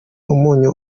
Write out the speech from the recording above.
umunyu